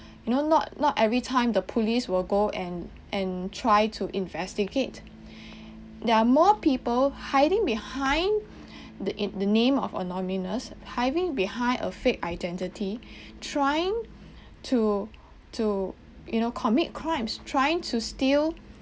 you know not not every time the police will go and and try to investigate there are more people hiding behind the in the name of anonymous hiding behind a fake identity trying to to you know commit crimes trying to steal